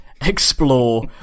explore